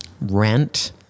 rent